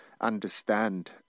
understand